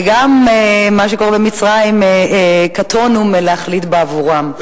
וגם מה שקורה במצרים, קטונו מלהחליט בעבורם.